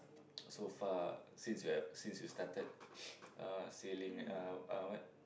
so far since you have since you started uh sailing uh uh what